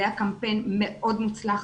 זה היה קמפיין מאוד מוצלח.